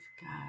God